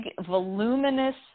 voluminous